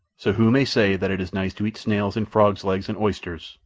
so who may say that it is nice to eat snails and frogs' legs and oysters,